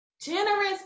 generous